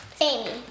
Amy